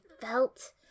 felt